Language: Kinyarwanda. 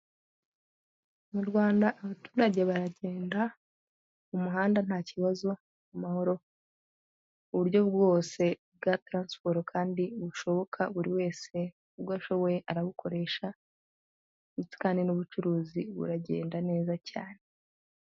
Mu Rwanda abaturage baragenda mu muhanda nta kibazo mu mahoro, uburyo bwose bwa taransiporo kandi bushoboka buri wese ubwo ashoboye arabukoresha ndetse kandi n'ubucuruzi buragenda neza cyane.